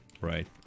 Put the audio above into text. right